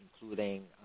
including